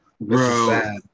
Bro